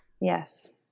Yes